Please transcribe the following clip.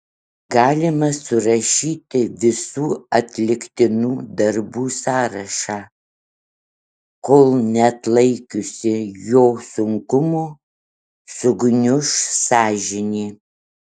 galima surašyti visų atliktinų darbų sąrašą kol neatlaikiusi jo sunkumo sugniuš sąžinė